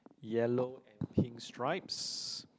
yellow and pink stripes